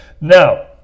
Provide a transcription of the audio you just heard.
Now